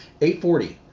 840